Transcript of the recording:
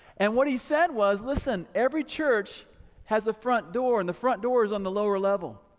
and what he said was, listen, every church has a front door and the front door is on the lower level.